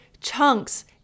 chunks